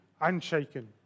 unshaken